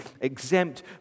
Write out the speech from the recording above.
exempt